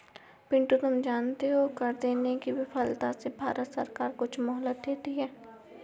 पिंटू तुम जानते हो कर देने की विफलता से भारत सरकार कुछ मोहलत देती है